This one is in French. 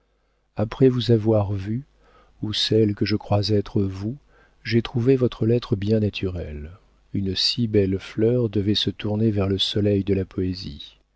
après vous avoir vue ou celle que je crois être vous j'ai trouvé votre lettre bien naturelle une si belle fleur devait se tourner vers le soleil de la poésie